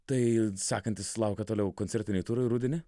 tai sekantis laukia toliau koncertiniai turai rudenį